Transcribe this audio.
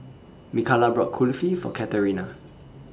Mikala bought Kulfi For Katerina